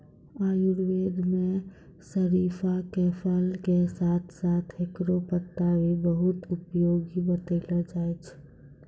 आयुर्वेद मं शरीफा के फल के साथं साथं हेकरो पत्ता भी बहुत उपयोगी बतैलो जाय छै